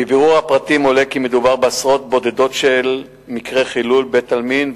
מבירור הפרטים עולה כי מדובר בעשרות בודדות של מקרי חילול בתי-עלמין,